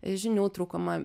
žinių trūkumą